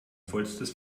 vollstes